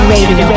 Radio